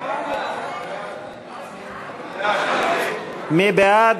הודעת